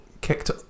kicked